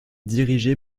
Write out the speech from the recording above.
dirigée